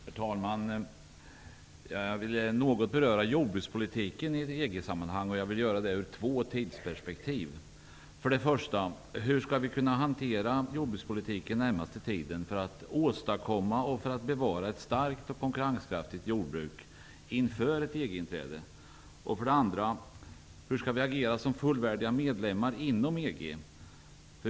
Herr talman! Jag vill något beröra jordbrukspolitiken i EG-sammanhang, och jag vill göra det ur två tidsperspektiv. För det första: Hur skall vi kunna hantera jordbrukspolitiken den närmaste tiden för att åstadkomma och bevara ett starkt och konkurrenskraftigt jordbruk inför ett EG-inträde? För det andra: Hur skall vi agera som fullvärdiga medlemmar inom EG?